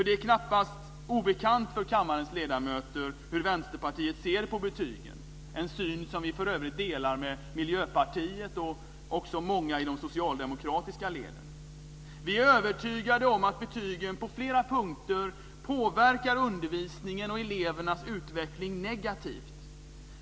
Det är knappast obekant för kammarens ledamöter hur Vänsterpartiet ser på betygen - en syn som vi för övrigt delar med Miljöpartiet och många i de socialdemokratiska leden. Vi är övertygade om att betygen på flera punkter påverkar undervisningen och elevernas utveckling negativt.